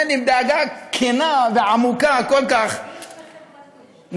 כן, עם דאגה כנה ועמוקה כל כך, נכון.